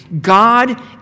God